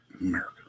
America